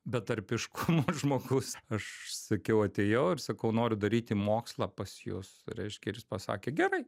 betarpiškumo žmogus aš sakiau atėjau ir sakau noriu daryti mokslą pas jus reiškia ir jis pasakė gerai